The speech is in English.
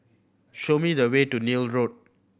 show me the way to Neil Road